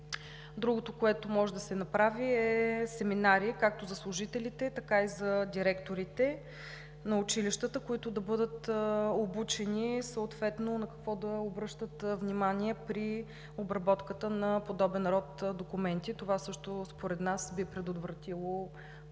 Другото, което може да се направи, е семинари както за служителите, така и за директорите на училищата, на които да бъдат обучени съответно на какво да обръщат внимание при обработката на подобен род документи. Това също според нас би предотвратило такива